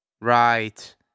Right